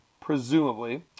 presumably